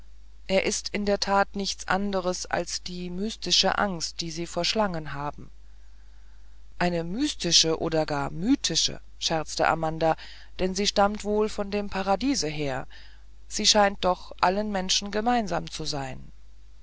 er ist in der tat nichts anderes als die mystische angst die sie vor schlangen haben eine mystische oder gar mythische scherzte amanda denn sie stammt wohl von dem paradiese her scheint sie doch allen menschen gemeinsam zu sein